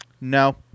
no